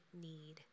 need